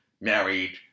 married